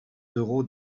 d’euros